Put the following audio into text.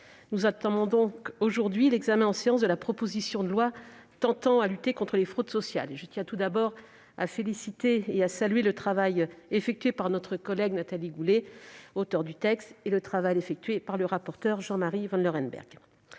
nous entamons aujourd'hui l'examen en séance de la proposition de loi tendant à lutter contre les fraudes sociales. Je tiens, tout d'abord, à saluer le travail effectué par notre collègue Nathalie Goulet, auteur du texte, et par le rapporteur Jean-Marie Vanlerenberghe.